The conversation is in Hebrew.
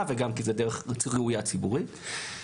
ומדובר גם בדרך ראויה מהבחינה הציבורית.